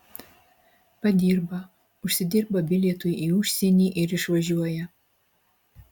padirba užsidirba bilietui į užsienį ir išvažiuoja